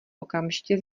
okamžitě